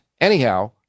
Anyhow